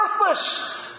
worthless